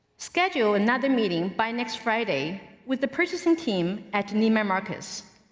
schedule another meeting by next friday with the purchasing team at neiman marcus.